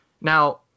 Now